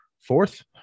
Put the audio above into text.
fourth